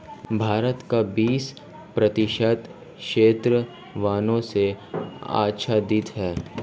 भारत का बीस प्रतिशत क्षेत्र वनों से आच्छादित है